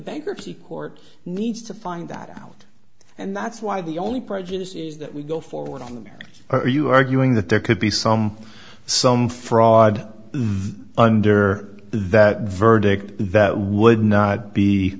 bankruptcy court needs to find that out and that's why the only prejudice is that we go forward on the merits are you arguing that there could be some some fraud under that verdict that would not be